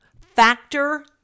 Factor